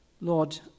Lord